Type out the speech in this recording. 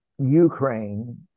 Ukraine